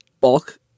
bulk